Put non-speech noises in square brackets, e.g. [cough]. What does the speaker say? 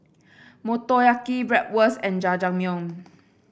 Motoyaki Bratwurst and Jajangmyeon [noise]